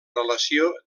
relació